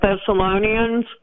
Thessalonians